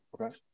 Okay